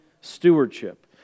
stewardship